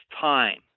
time